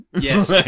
Yes